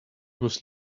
was